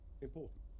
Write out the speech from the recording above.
important